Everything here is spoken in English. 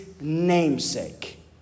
namesake